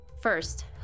First